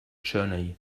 journey